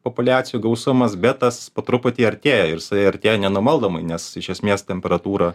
populiacijų gausumas bet tas po truputį artėja ir jisai artėja nenumaldomai nes iš esmės temperatūra